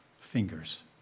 fingers